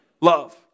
love